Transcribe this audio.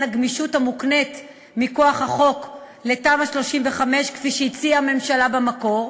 הגמישות המוקנית מכוח החוק לתמ"א 35 כפי שהציעה הממשלה במקור,